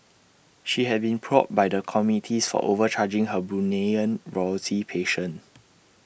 she had been probed by the committees for overcharging her Bruneian royalty patient